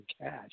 cash